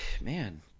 man